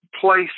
place